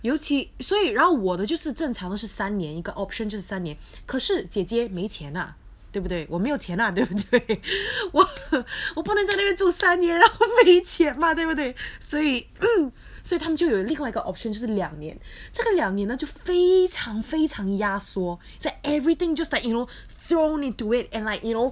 尤其所以然后我的就是正常是十三年一个 option 就三年可是姐姐没钱 ah 对不对我没有钱 ah 对不对我我不能在那边住三年我没钱 mah 对不对所以所以他们就有另外一个 options 就是两年这个两年呢那就非常非常压缩 so everything just like you know thrown into it and like you know